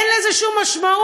אין לזה שום משמעות,